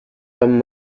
from